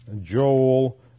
Joel